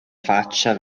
faccia